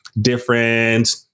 different